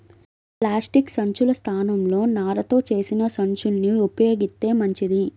plastic సంచుల స్థానంలో నారతో చేసిన సంచుల్ని ఉపయోగిత్తే మంచిది